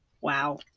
Wow